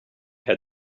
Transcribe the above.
had